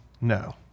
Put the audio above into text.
No